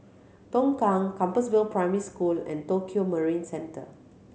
Tongkang Compassvale Primary School and Tokio Marine Centre